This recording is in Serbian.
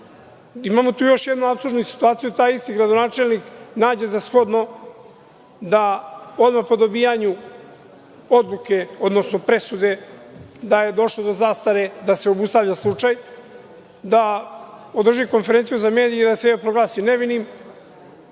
Šapca. Imamo tu još jednu apsurdnu situaciju, taj isti gradonačelnik nađe za shodno da odmah po dobijanju odluke, odnosno presude da je došlo do zastarenja, da se obustavlja slučaj, da održi konferenciju za medije i da sebe proglasi nevinim,